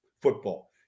football